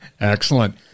Excellent